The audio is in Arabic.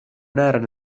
نارا